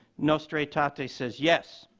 nostra aetate says, yes.